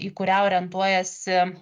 į kurią orientuojasi